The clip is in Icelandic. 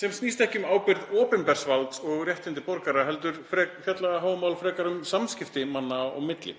sem snýst ekki um ábyrgð opinbers valds og réttindi borgara heldur fjalla Hávamál frekar um samskipti manna á milli.